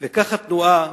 וכך התנועה